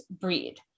breed